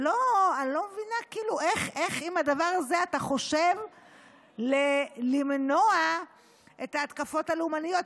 אני לא מבינה איך עם הדבר הזה אתה חושב למנוע את ההתקפות הלאומניות,